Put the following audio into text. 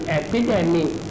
epidemic